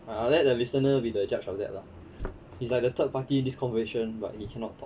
I let the listener be the judge of that lah he's like the third party in this conversation but he cannot talk